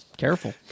Careful